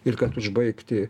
ir kad užbaigti